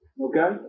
Okay